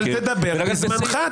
אבל תדבר בזמנך.